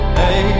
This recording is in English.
hey